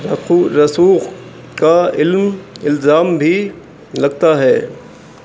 ر رسوخ کا علم الزام بھی لگتا ہے